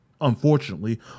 Unfortunately